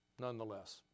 nonetheless